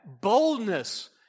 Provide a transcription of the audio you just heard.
boldness